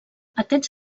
aquests